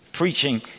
Preaching